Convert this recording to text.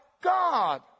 God